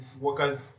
Workers